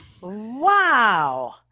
Wow